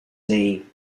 lee